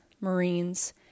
Marines